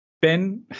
Ben